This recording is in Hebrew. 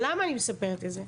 למה אני מספרת את זה?